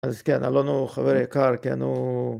אז כן, אלון הוא, חבר יקר, כן הוא..